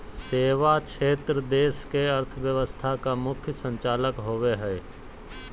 सेवा क्षेत्र देश के अर्थव्यवस्था का मुख्य संचालक होवे हइ